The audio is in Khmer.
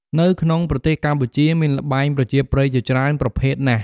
នៅក្នុងប្រទេសកម្ពុជា មានល្បែងប្រជាប្រិយជាច្រើនប្រភេទណាស់។